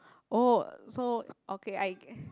oh so okay I